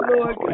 Lord